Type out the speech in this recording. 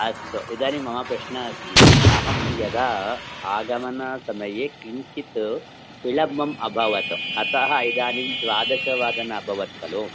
अस्तु इदानीं मम प्रश्नः अस्ति अहं यदा आगमनसमये किञ्चित् विलम्बम् अभवत् अतः इदानीं द्वादशवादनम् अभवत् खलु